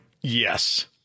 Yes